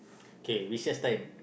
kay recess time